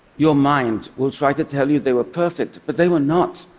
your mind will try to tell you they were perfect. but they were not,